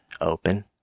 open